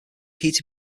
heated